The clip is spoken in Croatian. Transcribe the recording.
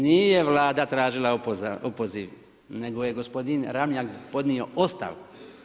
Nije Vlada tražila opoziv, nego je gospodin Ramljak podnio ostavku.